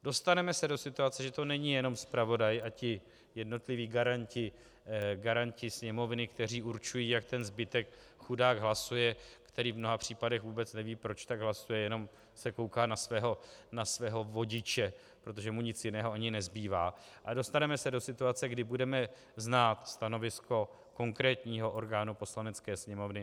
Dostaneme se do situace, že to není jenom zpravodaj a ti jednotliví garanti Sněmovny, kteří určují, jak ten zbytek chudák hlasuje, který v mnoha případech vůbec neví, proč tak hlasuje, jenom se kouká na svého vodiče, protože mu nic jiného ani nezbývá, dostaneme se do situace, kdy budeme znát stanovisko konkrétního orgánu Poslanecké sněmovny.